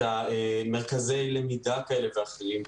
מרכזי למידה כאלה ואחרים,